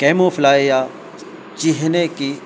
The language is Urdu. کیمو فلاژ یا چہنے کی